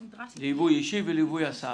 שנדרש --- ליווי אישי וליווי הסעתי.